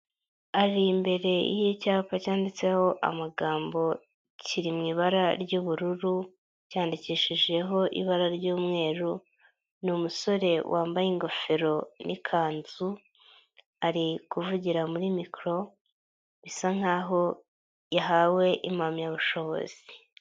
Ari imbere y'icyapa cyanditseho amagambo kiri mu ibara ry'ubururu cyandikishijeho ibara ry'umweru uyu umusore wambaye ingofero n'ikanzu ari kuvugira muri mikoro bisa nk'aho yahawe impamyabushobozi.